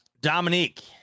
Dominique